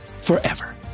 Forever